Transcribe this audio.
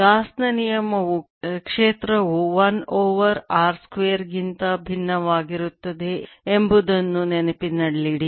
Gauss ನ ನಿಯಮವು ಕ್ಷೇತ್ರವು 1 ಓವರ್ r ಸ್ಕ್ವೇರ್ ಗಿಂತ ಭಿನ್ನವಾಗಿರುತ್ತದೆ ಎಂಬುದನ್ನು ನೆನಪಿನಲ್ಲಿಡಿ